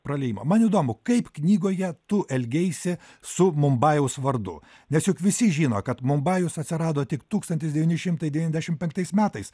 praliejimo man įdomu kaip knygoje tu elgeisi su mumbajaus vardu nes juk visi žino kad mumbajus atsirado tik tūkstantis devyni šimtai devyniasdešim penktais metais